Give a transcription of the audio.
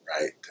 right